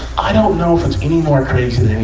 i don't know if it's any more crazy